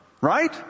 right